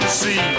see